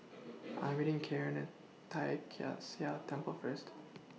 I Am meeting Caryn At Tai Kak Seah Temple First